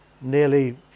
nearly